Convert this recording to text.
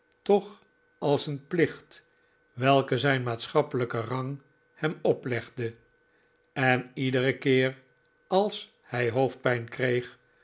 toch als een plicht welken zijn maatschappelijke rang hem oplegde en iederen keer als hij hoofdpijn kreeg